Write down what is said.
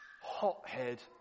hothead